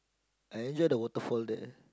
I enjoy the waterfall there